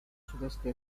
sudeste